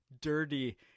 dirty